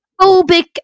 phobic